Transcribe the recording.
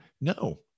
No